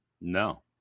No